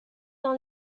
dans